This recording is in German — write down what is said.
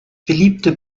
beliebte